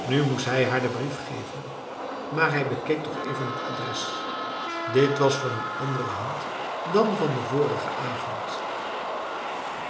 nu moest hij haar de brief wel geven maar hij bekeek toch even het adres dit was van een andere hand dan dat van de vorige avond